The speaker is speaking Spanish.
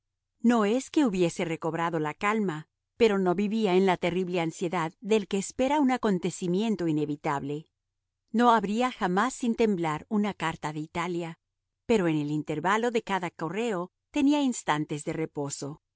no es que hubiese recobrado la calma pero no vivía en la terrible ansiedad del que espera un acontecimiento inevitable no abría jamás sin temblar una carta de italia pero en el intervalo de cada correo tenía instantes de reposo